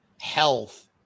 health